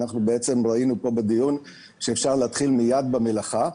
אנחנו בעצם אומרים כאן בדיון שאפשר להתחיל מיד במלאכה.